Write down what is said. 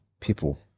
people